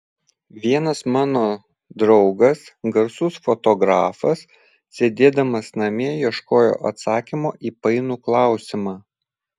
vienas mano draugas garsus fotografas sėdėdamas namie ieškojo atsakymo į painų klausimą